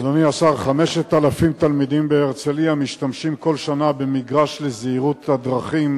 5,000 תלמידים מהרצלייה משתמשים כל שנה במגרש לזהירות בדרכים